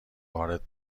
وارد